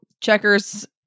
Checkers